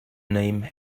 name